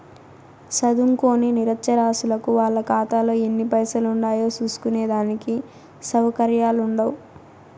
సదుంకోని నిరచ్చరాసులకు వాళ్ళ కాతాలో ఎన్ని పైసలుండాయో సూస్కునే దానికి సవుకర్యాలుండవ్